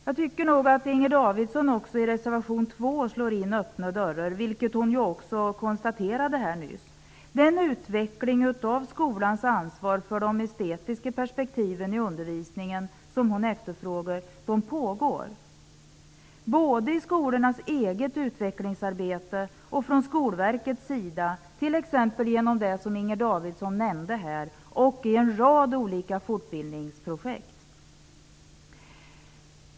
Jag tycker nog att Inger Davidson i reservation 2 slår in öppna dörrar, vilket hon ju också konstaterade här nyss. Den utveckling av skolans ansvar för de estetiska perspektiven i undervisningen som hon efterfrågar pågår, både i skolornas eget utvecklingsarbete och från Skolverkets sida, t.ex. genom det som Inger Davidson nämnde här och i en rad olika fortbildningsprojekt.